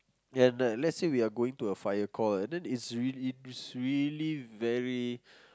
and like let's say we are going to a fire call and then it's it's really very